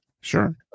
Sure